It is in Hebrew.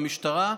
במשטרה,